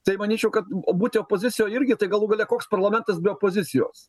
tai manyčiau kad būti opozicijoj irgi tai galų gale koks parlamentas be pozicijos